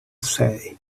say